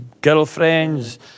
girlfriends